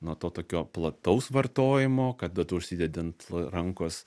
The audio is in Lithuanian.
nuo to tokio plataus vartojimo kada tu užsidedi ant rankos